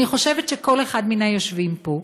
אני חושבת שכל אחד מן היושבים פה,